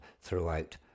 throughout